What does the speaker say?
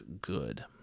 good